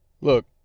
Look